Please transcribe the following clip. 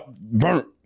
Burnt